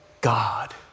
God